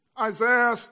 Isaiah